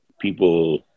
people